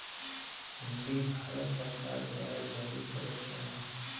हुंडी भारत सरकार द्वारा जारी करल जाला